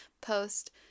post